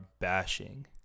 bashing